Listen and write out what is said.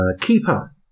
Keeper